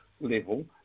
level